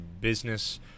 business